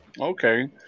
Okay